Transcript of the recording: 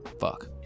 fuck